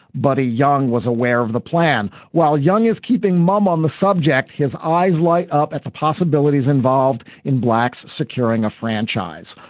buddy young, was aware of the plan, while young is keeping mum on the subject. his eyes light up at the possibilities involved in blacks securing a franchise.